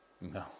No